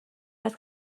است